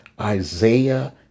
Isaiah